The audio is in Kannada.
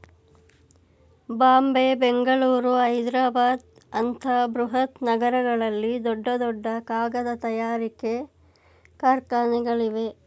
ಬಾಂಬೆ, ಬೆಂಗಳೂರು, ಹೈದ್ರಾಬಾದ್ ಅಂತ ಬೃಹತ್ ನಗರಗಳಲ್ಲಿ ದೊಡ್ಡ ದೊಡ್ಡ ಕಾಗದ ತಯಾರಿಕೆ ಕಾರ್ಖಾನೆಗಳಿವೆ